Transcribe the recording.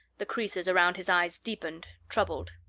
the creases around his eyes deepened, troubled.